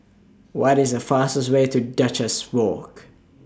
What IS The fastest Way to Duchess Walk